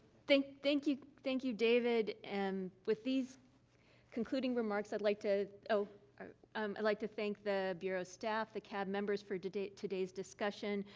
thank thank you thank you, david, and with these concluding remarks, i'd like to oh um, i'd like to thank the bureau staff, the cab members, for today's today's discussion.